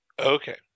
Okay